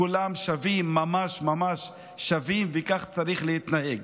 כולם שווים, ממש ממש שווים, וכך צריך להתנהג.